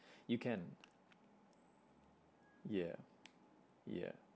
you can yeah yeah